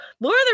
Lord